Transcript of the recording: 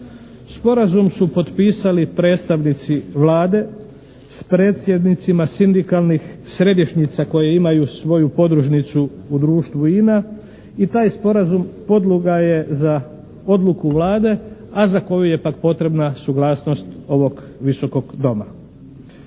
Sporazum su potpisali predstavnici Vlade s predsjednicima sindikalnih središnjica koje imaju svoju podružnicu u društvu INA i taj sporazum podloga je za odluku Vlade, a za koju je pak potrebna suglasnost ovog Visokog doma.